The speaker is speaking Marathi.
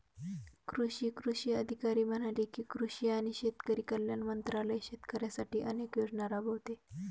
कृषी अधिकारी म्हणाले की, कृषी आणि शेतकरी कल्याण मंत्रालय शेतकऱ्यांसाठी अनेक योजना राबवते